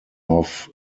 off